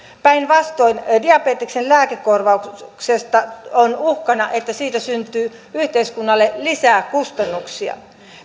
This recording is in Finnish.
päinvastoin diabeteksen lääkekorvauksesta on uhkana että siitä syntyy yhteiskunnalle lisää kustannuksia